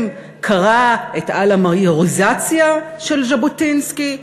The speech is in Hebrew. קרא את "על המיוריזציה" של ז'בוטינסקי?